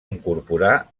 incorporar